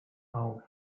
auf